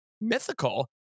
mythical